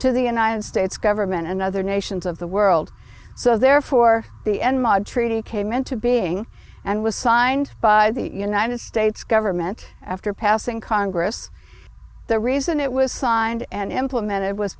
to the united states government and other nations of the world so therefore the end mud treaty came into being and was signed by the united states government after passing congress the reason it was signed and implemented was